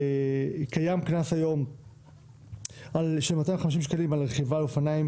קיים היום קנס של 250 שקלים על רכיבה על אופניים